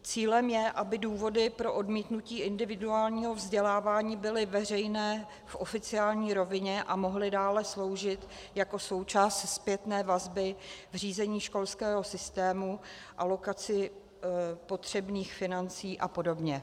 Cílem je, aby důvody pro odmítnutí individuálního vzdělávání byly veřejné v oficiální rovině a mohly dále sloužit jako součást zpětné vazby v řízení školského systému, alokaci potřebných financí a podobně.